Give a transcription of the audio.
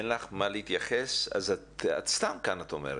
אין לך מה להתייחס, אז את סתם כאן את אומרת.